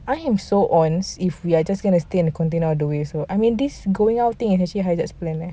I am so ons if we're just going to stay in the container all the way so I mean this going out thing is actually haizat plan eh